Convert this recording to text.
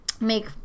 make